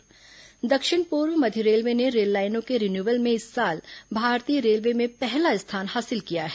rail line renewal दक्षिण पूर्व मध्य रेलवे ने रेललाइनों के रिनिवल में इस साल भारतीय रेलवे में पहला स्थान हासिल किया है